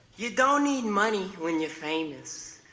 you don't need money when you're famous.